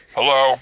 Hello